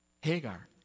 Hagar